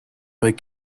but